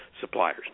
suppliers